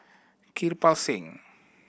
Kirpal Singh